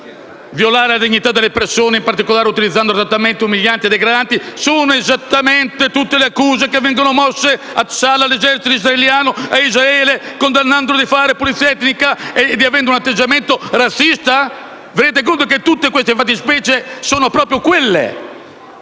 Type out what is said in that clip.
violare la dignità delle persone, in particolare utilizzando trattamenti umilianti e degradanti» - sono esattamente tutte le accuse che vengono mosse a Tsahal, all'esercito israeliano, e a Israele, accusandolo di fare pulizia etnica e di avere un atteggiamento razzista? Vi rendete conto che queste fattispecie sono proprio quelle